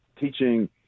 teaching